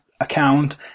account